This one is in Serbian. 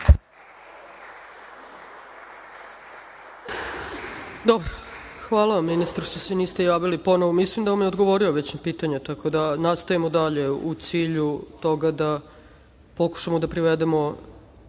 Dobro. Hvala vam, ministre, što se niste javili ponovo, mislim da vam je odgovorio već na pitanja. Tako da nastavljamo dalje u cilju toga da pokušamo da privedemo